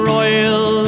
Royal